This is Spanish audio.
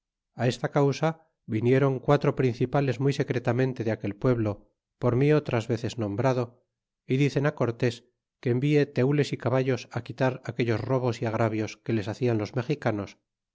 esta causa vinieron quatro principales muy secretamente de aquel pueblo por mi otras veces nombrado y dicen cortés que envie teules y caballos quitar aquellos robos y agravios que les hacine los mexicanos